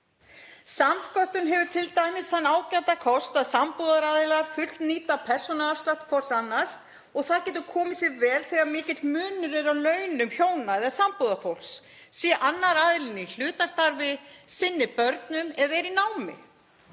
Samsköttun hefur t.d. þann ágæta kost að sambúðaraðilar fullnýta persónuafslátt hvors annars og það getur komið sér vel þegar mikill munur er á launum hjóna eða sambúðarfólks, sé annar aðilinn í hlutastarfi, sinni börnum eða í námi.